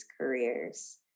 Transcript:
careers